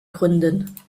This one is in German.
gründen